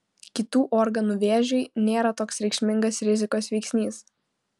kitų organų vėžiui nėra toks reikšmingas rizikos veiksnys